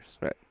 Right